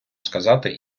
сказати